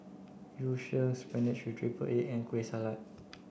Yu Sheng spinach with triple egg and Kueh Salat